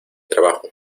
trabajo